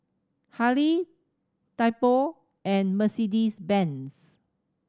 Hurley Typo and Mercedes Benz